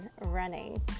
running